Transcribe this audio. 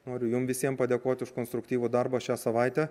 noriu jum visiem padėkot už konstruktyvų darbą šią savaitę